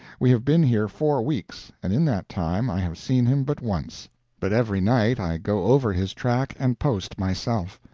we have been here four weeks, and in that time i have seen him but once but every night i go over his track and post myself.